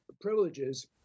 privileges